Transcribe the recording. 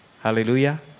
Hallelujah